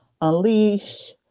Unleash